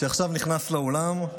שעכשיו נכנס לאולם,